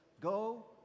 go